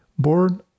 Born